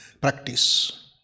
practice